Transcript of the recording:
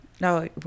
No